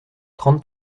trente